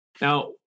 Now